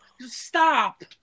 Stop